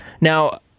Now